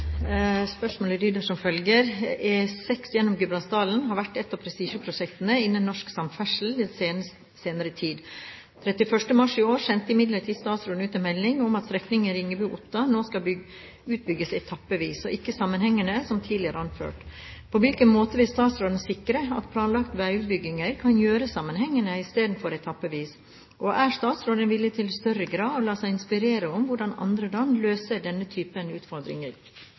følger: «E6 gjennom Gudbrandsdalen har vært et av prestisjeprosjektene innen norsk samferdsel den senere tid. 31. mars i år sendte imidlertid statsråden ut melding om at strekningen Ringebu–Otta nå skal utbygges etappevis, og ikke sammenhengende som tidligere anført. På hvilken måte vil statsråden sikre at planlagte veiutbygginger kan gjøres sammenhengende i stedet for etappevis, og er statsråden villig til i større grad å la seg inspirere av hvordan andre land løser denne type utfordringer?»